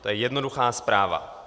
To je jednoduchá zpráva.